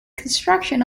construction